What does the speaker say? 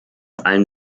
allen